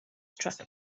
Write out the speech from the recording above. track